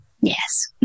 yes